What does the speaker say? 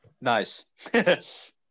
Nice